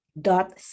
dot